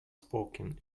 spoken